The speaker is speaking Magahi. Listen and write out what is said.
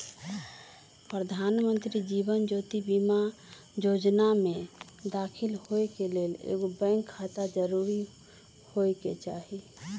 प्रधानमंत्री जीवन ज्योति बीमा जोजना में दाखिल होय के लेल एगो बैंक खाता जरूरी होय के चाही